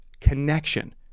connection